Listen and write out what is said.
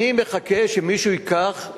אני מחכה שמישהו ייקח,